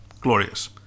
glorious